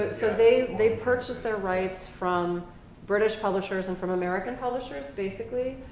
but so they they purchased their rights from british publishers and from america publishers basically.